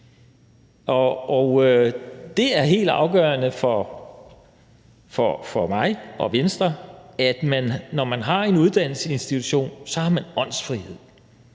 Det er helt afgørende for mig og Venstre, at man, når man har en uddannelsesinstitution, har åndsfrihed.